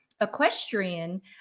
equestrian